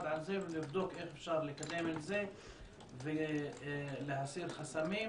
ולבדוק איך אפשר לקדם את זה ולהסיר חסמים.